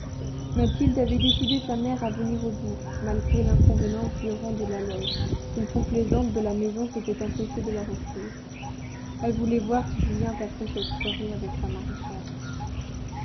mathilde avait décidé sa mère à venir aux bouffes malgré l'inconvenance du rang de la loge qu'une complaisante de la maison s'était empressée de leur offrir elle voulait voir si julien passerait cette soirée avec la maréchale